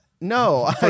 no